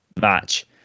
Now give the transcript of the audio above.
match